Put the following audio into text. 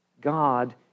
God